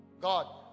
God